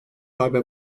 darbe